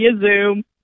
Zoom